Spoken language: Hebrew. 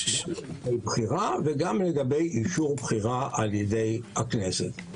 בבחירה וגם לגבי אישור בחירה על ידי הכנסת.